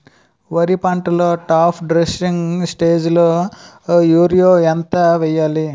వరి పంటలో top dressing స్టేజిలో యూరియా ఎంత వెయ్యాలి?